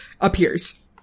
appears